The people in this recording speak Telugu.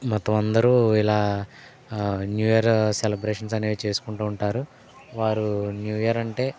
మొత్తం అందరూ ఇలా న్యూ ఇయర్ సెలెబ్రేషన్స్ అనేవి చేసుకుంటూ ఉంటారు వారు న్యూ ఇయర్ అంటే